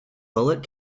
bullet